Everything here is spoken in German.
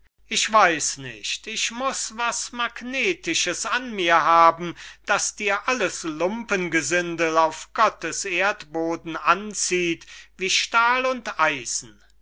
ich weiß nicht ich muß was magnetisches an mir haben das dir alles lumpengesindel auf gottes erdboden anzieht wie stahl und eisen